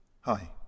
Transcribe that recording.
Hi